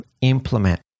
implement